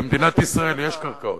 למדינת ישראל יש קרקעות.